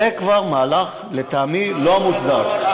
זה כבר, לטעמי, מהלך לא מוצדק.